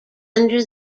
under